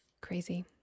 Crazy